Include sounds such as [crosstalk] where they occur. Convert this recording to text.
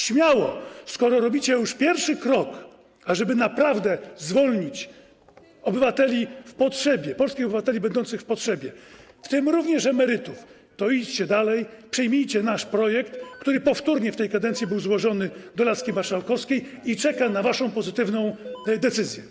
Śmiało, skoro robicie już pierwszy krok, ażeby naprawdę zwolnić obywateli w potrzebie, polskich obywateli będących w potrzebie, w tym również emerytów, to idźcie dalej, przyjmijcie nasz projekt, [noise] który powtórnie w tej kadencji był złożony do laski marszałkowskiej i czeka na waszą pozytywną decyzję.